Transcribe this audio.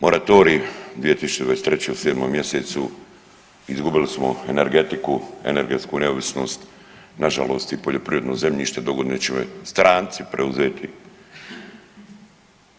Moratorij 2023. u 7. mj., izgubili smo energetiku, energetsku neovisnost, nažalost i poljoprivredno zemljište, dogodine će nam stranci preuzeti